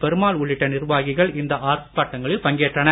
பெருமாள் உள்ளிட்ட நிர்வாகிகள் இந்த ஆர்ப்பாட்டங்களில் பங்கேற்றனர்